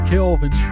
Kelvin